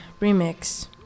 remix